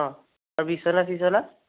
অ আৰু বিচনা চিছনা